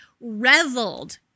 reveled